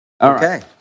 Okay